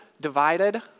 divided